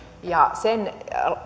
ja sen